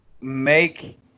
Make